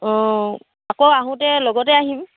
অঁ আকৌ আঁহোতে লগতে আহিম